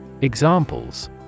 Examples